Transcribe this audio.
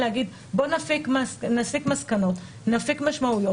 צריך להגיד בואו נסיק מסקנות, נפיק משמעויות.